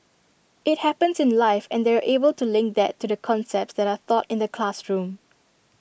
IT happens in life and they're able to link that to the concepts that are taught in the classroom